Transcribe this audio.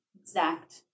exact